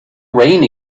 rain